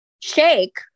Shake